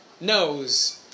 knows